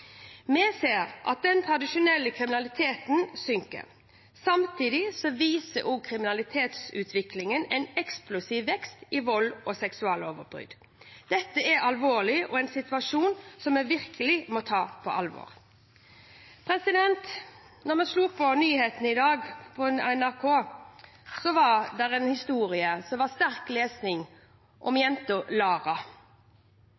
Vi ser at den tradisjonelle kriminaliteten synker. Samtidig viser kriminalitetsutviklingen en eksplosiv vekst i volds- og seksuallovbrudd. Dette er alvorlig og en situasjon vi virkelig må ta på alvor. Da vi slo på NRK-nyhetene i dag, kunne vi lese en historie – sterk lesning – om